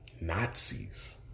Nazis